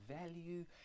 value